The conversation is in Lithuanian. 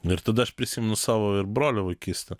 ir tada aš prisimenu savo ir brolio vaikystę